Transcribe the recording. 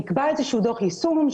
נקבע איזשהו דוח יישום,